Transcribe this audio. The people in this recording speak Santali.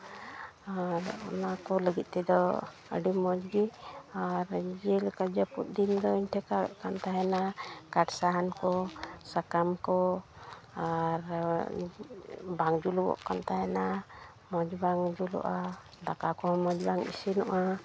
ᱟᱨ ᱚᱱᱟ ᱠᱚ ᱞᱟᱹᱜᱤᱫ ᱛᱮᱫᱚ ᱟᱹᱰᱤ ᱢᱚᱡᱽ ᱜᱮ ᱟᱨ ᱡᱮᱞᱮᱠᱟ ᱡᱟᱹᱯᱩᱫ ᱫᱤᱱ ᱫᱚᱧ ᱴᱷᱮᱠᱟᱣᱮᱫ ᱠᱟᱱ ᱛᱟᱦᱮᱱᱟ ᱠᱟᱴᱷ ᱥᱟᱦᱟᱱ ᱠᱚ ᱥᱟᱠᱟᱢ ᱠᱚ ᱟᱨ ᱵᱟᱝ ᱡᱩᱞᱩᱜᱚᱜ ᱠᱟᱱ ᱛᱟᱦᱮᱱᱟ ᱢᱚᱡᱽ ᱵᱟᱝ ᱡᱩᱞᱩᱜᱼᱟ ᱫᱟᱠᱟ ᱠᱚᱦᱚᱸ ᱢᱚᱡᱽ ᱵᱟᱝ ᱤᱥᱤᱱᱚᱜᱼᱟ